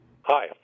Hi